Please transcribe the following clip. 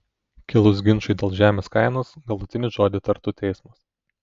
kilus ginčui dėl žemės kainos galutinį žodį tartų teismas